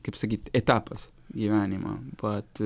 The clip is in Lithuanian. kaip sakyt etapas gyvenimo vat